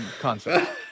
Concept